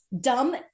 dumb